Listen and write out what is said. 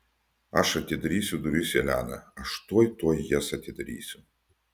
aš atidarysiu duris elena aš tuoj tuoj jas atidarysiu